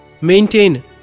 maintain